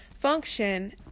function